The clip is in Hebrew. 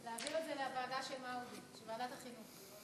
להעביר לוועדה של מרגי, ועדת החינוך.